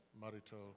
marital